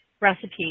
recipe